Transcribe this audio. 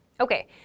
Okay